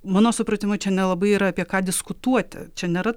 mano supratimu čia nelabai yra apie ką diskutuoti čia nėra